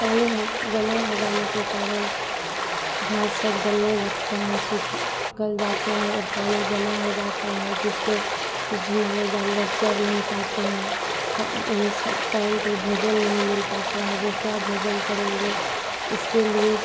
पानी जमा हो जाने के कारण घाँस सब गलने लगती है सूख गल जाती है और पानी जमा हो जाता है जिस पर हमारे जानवर चर नहीं पाते हैं ख उन्हें स टाइम पर भोजन नहीं मिल पाता है वे क्या भोजन करेंगे इसके लिए